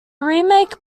remake